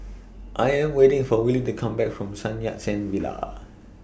I'm waiting For Willie to Come Back from Sun Yat Sen Villa